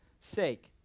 sake